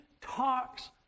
talks